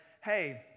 hey